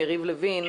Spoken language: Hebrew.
יריב לוין,